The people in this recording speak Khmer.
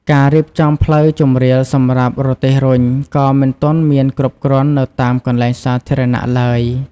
ការរៀបចំផ្លូវជម្រាលសម្រាប់រទេះរុញក៏មិនទាន់មានគ្រប់គ្រាន់នៅតាមកន្លែងសាធារណៈឡើយ។